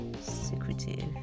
secretive